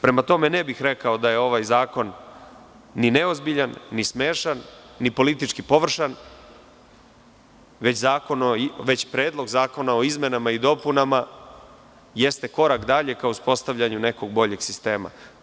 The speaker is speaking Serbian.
Prema tome, ne bih rekao da je ovaj zakon ni neozbiljan, ni smešan, ni politički površan, već predlog zakona o izmenama i dopunama jeste korak dalje ka uspostavljanju nekog boljeg sistema.